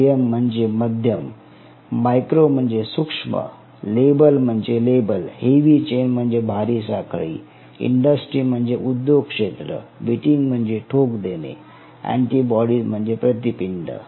मी इथे थांबतो आहे